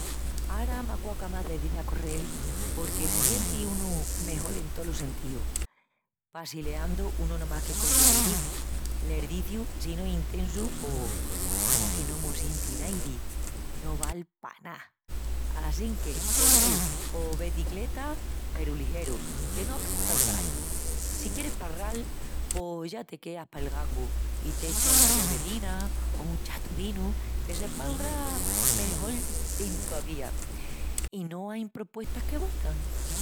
A mí m’aquaca abondu’l cozinal a casa, assinque namás que comu de restorán si es cosa especial o ai de festejal qualisquiá cosa. Ai pocu qu'estuvi un restorán caru, no el más caru, peru si caru, i la verdá, me queé comu que pa essu lo hagu en casa i lo desfrutu más. Si anguna vés me dan las perras pa un restorán d'essus de tres estrellas ya me puei gustal porque si no se van a recordal de mí.